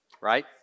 right